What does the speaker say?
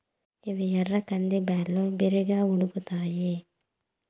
ఇవి ఎర్ర కంది బ్యాళ్ళు, బిరిగ్గా ఉడుకుతాయి